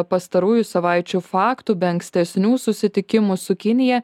pastarųjų savaičių faktų be ankstesnių susitikimų su kinija